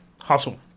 Hustle